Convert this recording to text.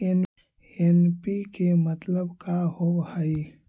NPK मतलब का होव हइ?